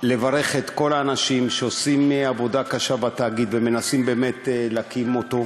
לברך את כל האנשים שעושים עבודה קשה בתאגיד ומנסים באמת להקים אותו.